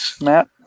Matt